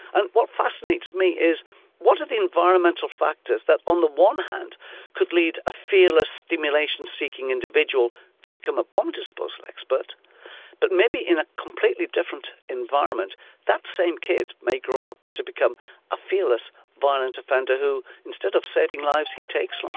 and what fascinates me is what are the environmental factors that on the one hand could lead a fearless stimulation seeking individual to become a bomb disposal expert but maybe in a completely different environment that same kid may grow up to become a fearless violent offender who instead of saving lives he takes